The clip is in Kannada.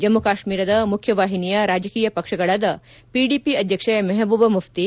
ಜಮ್ಮ ಕಾಶ್ಮೀರದ ಮುಖ್ಯವಾಹಿನಿಯ ರಾಜಕೀಯ ಪಕ್ಷಗಳಾದ ಪಿಡಿಪಿ ಅಧ್ಯಕ್ಷೆ ಮೆಹಬೂಬ ಮುಫ್ಟಿ